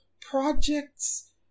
project's